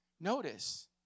Notice